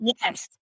Yes